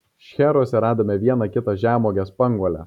šcheruose radome vieną kitą žemuogę spanguolę